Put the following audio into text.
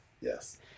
Yes